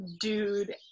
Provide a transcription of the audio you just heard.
dude